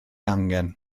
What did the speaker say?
angen